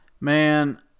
man